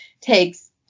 takes